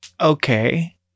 okay